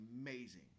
amazing